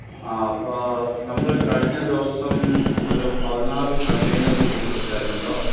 ആ അപ്പോൾ നമ്മൾ കഴിഞ്ഞ ദിവസം ഒരു പതിനാറ് കണ്ടെയ്നറ് കയറ്റി വിട്ടായിരുന്നല്ലോ